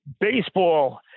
baseball